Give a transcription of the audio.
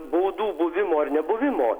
baudų buvimo ar nebuvimo